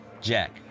Jack